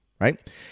right